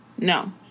no